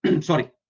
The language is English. sorry